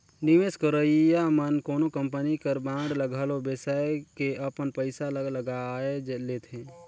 निवेस करइया मन कोनो कंपनी कर बांड ल घलो बेसाए के अपन पइसा ल लगाए लेथे